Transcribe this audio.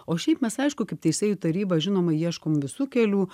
o šiaip mes aišku kaip teisėjų taryba žinoma ieškom visų kelių